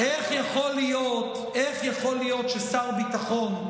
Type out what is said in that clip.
איך יכול להיות ששר ביטחון,